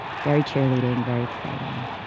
very cheerleading very exciting.